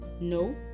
No